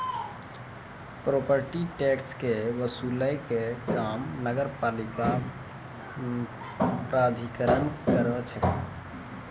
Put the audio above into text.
property tax के वसूलै के काम नगरपालिका प्राधिकरण करै छै